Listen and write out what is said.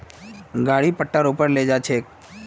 गाड़ी पट्टा रो पर ले जा छेक